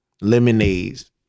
lemonades